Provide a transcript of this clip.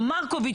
או מרקוביץ',